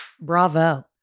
bravo